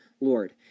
Lord